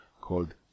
called